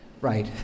right